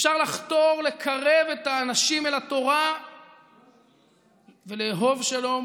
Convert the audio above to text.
אפשר לחתור לקרב את האנשים אל התורה ולאהוב שלום